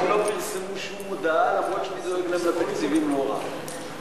הם לא פרסמו שום מודעה למרות, ההצעה להעביר